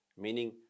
meaning